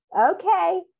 okay